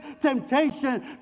temptation